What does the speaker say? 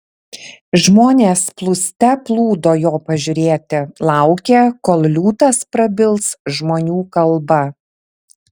žmonės plūste plūdo jo pažiūrėti laukė kol liūtas prabils žmonių kalba